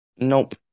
Nope